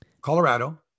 Colorado